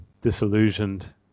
disillusioned